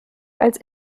als